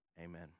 Amen